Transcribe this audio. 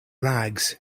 rags